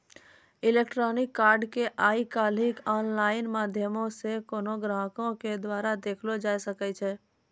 electronic कार्डो के आइ काल्हि आनलाइन माध्यमो से कोनो ग्राहको के द्वारा देखलो जाय सकै छै